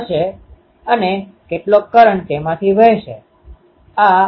હવે મારે આ શરતો મૂકવાની રહેશે કે દુરના ક્ષેત્રમાં r1r d2 cos ϕ અને r2rd2 cos ϕ છે